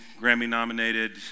Grammy-nominated